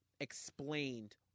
explained